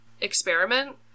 experiment